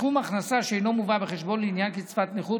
סכום הכנסה שאינו מובא בחשבון לעניין קצבת נכות